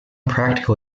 practical